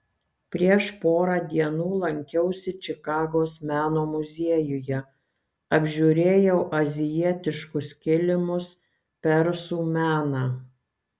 prieš porą dienų lankiausi čikagos meno muziejuje apžiūrėjau azijietiškus kilimus persų meną